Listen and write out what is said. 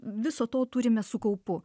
viso to turime su kaupu